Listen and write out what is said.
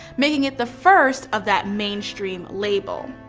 making it the first of that mainstream label.